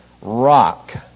rock